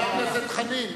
חבר הכנסת חנין,